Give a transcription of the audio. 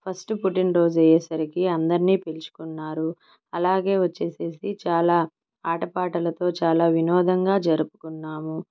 first పుట్టినరోజు అయ్యే సరికి అందరినీ పిలుచుకున్నారు అలాగే వచ్చేసేసి చాలా ఆటపాటలతో చాలా వినోదంగా జరుపుకున్నాము